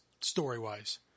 story-wise